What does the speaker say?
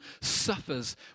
suffers